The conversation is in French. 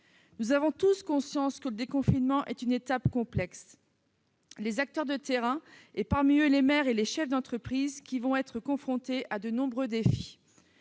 Nous en avons tous conscience, le déconfinement est une étape complexe. Les acteurs de terrain, notamment les maires et les chefs d'entreprise, qui seront confrontés à de nombreux défis,